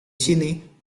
sini